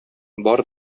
бар